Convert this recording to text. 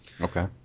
Okay